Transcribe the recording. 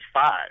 five